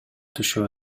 түшө